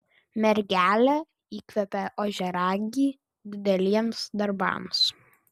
mergelė įkvepia ožiaragį dideliems darbams